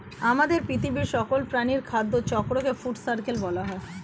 আমাদের পৃথিবীর সকল প্রাণীর খাদ্য চক্রকে ফুড সার্কেল বলা হয়